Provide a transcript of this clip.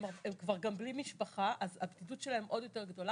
הם גם בלי משפחה אז ההתמודדות שלהם עוד יותר גדולה,